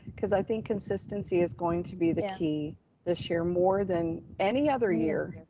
cause i think consistency is going to be the key this year, more than any other year,